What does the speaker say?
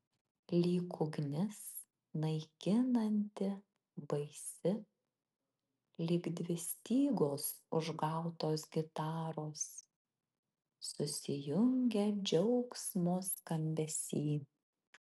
lyg ugnis naikinanti baisi lyg dvi stygos užgautos gitaros susijungę džiaugsmo skambesy